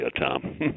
Tom